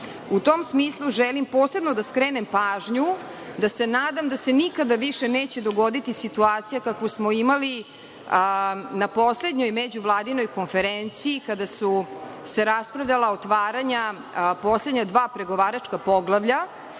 tom smislu, želim posebno da skrenem pažnju da se nadam da se nikada više neće dogoditi situacija kakvu smo imali na poslednjoj međuvladinoj konferenciji, kada su se raspravljala otvaranja poslednja dva pregovaračka poglavlja,